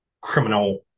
criminal